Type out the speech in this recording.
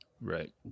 Right